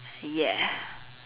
ya